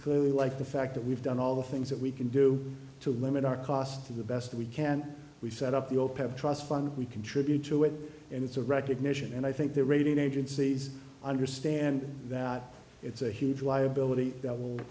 like the fact that we've done all the things that we can do to limit our costs to the best we can we set up the opec trust fund we contribute to it and it's a recognition and i think the rating agencies understand that it's a huge liability